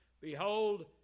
behold